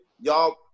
y'all